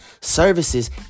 services